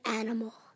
animal